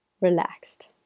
relaxed